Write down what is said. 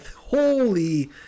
Holy